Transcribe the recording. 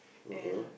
and